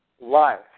life